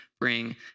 bring